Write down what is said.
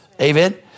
Amen